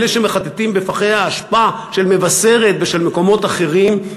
אלה שמחטטים בפחי האשפה של מבשרת ושל מקומות אחרים,